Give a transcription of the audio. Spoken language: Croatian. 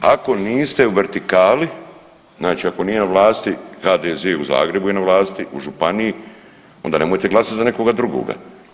Ako niste u vertikali, znači ako nije na vlasti HDZ u Zagrebu je na vlasti, u županiji onda nemojte glasati za nekoga drugoga.